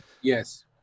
Yes